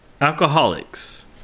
Alcoholics